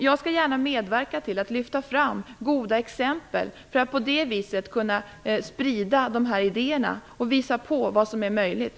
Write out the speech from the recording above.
Jag skall gärna medverka till att lyfta fram goda exempel för att på det sättet kunna sprida de här idéerna och visa vad som är möjligt.